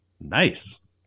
Nice